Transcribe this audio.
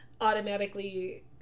automatically